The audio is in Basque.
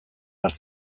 behar